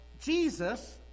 Jesus